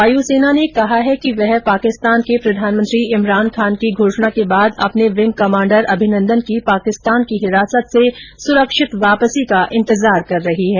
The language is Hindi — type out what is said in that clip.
वायु सेना ने कहा है कि वह पाकिस्तान के प्रधानमंत्री इमरान खान की घोषणा के बाद अपने विंग कमाण्डर अभिनन्दन की पाकिस्तान की हिरासत से सुरक्षित वापसी का इंतजार कर रही है